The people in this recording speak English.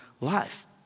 life